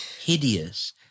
hideous